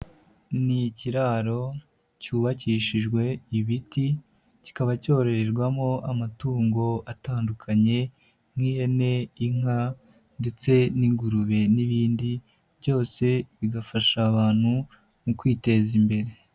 Ni ikiro cyubakishijwe ibiti, kikaba cyororerwamo amatungo atandukanye nk'ihene, inka ndetse n'ingurube n'ibindi, byose bigafasha abantu mu kwiteza imbere.